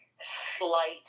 slight